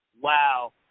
Wow